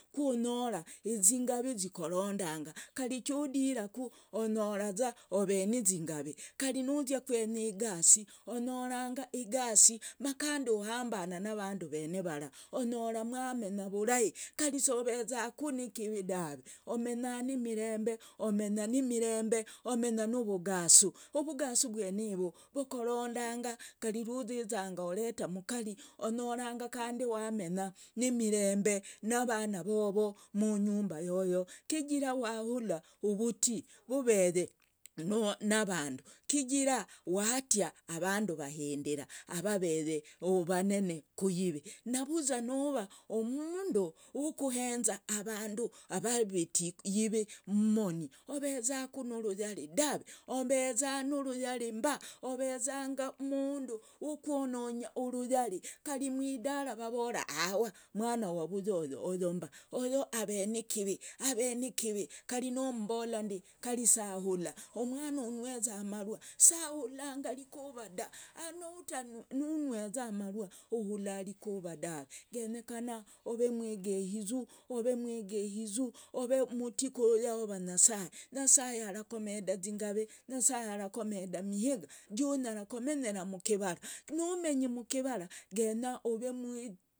Kunyora izingavi zikuronda. Kari nudiraku. kunyora uve ni izingavi. Kari nuzia kwenya igasi. Unyoranga igasina kandi uhambana na vandu vene vara. Unyora mwamenya vurai. Kari siuvezaku ni kivi dave. Umenya ni mirembe. umenya nu vugasu. Uvugasu vuwenivo vukurondanga. Kari ru zizanga ureta mukari. unyoranga umenya ni mirembe na vana vovo munyumba yoyo chigira wahula uvuti vuveye na vandu. Chigira watia avandu vahindira avaveye vanene kuive. Navuzwa nu uva mundu wukuhenza vandu vakuviti mumoni. uveza nu luyali mba. uvezanga mundu wukuononya luyali. Kari mwidara vavora mwana wa vuyu oyo mba. Ave ni kivi. Kari nu mbola ndio sia hulla. Mwana ung'weza marua sahulla rikuva dah. Nung'weza marua uhulla rikuva dave. Genyekana uve mwigehizu. uve muti ku jehova nyasaye. Nyasaye arakumeda zingavi. Nyasaye arakumeda mihiga. gunyara menyera mkivara